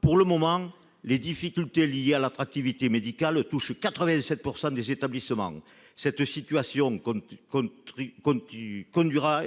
Pour le moment, les difficultés liées à l'attractivité médicale touchent 87 % des établissements ; cette situation conduira